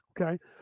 Okay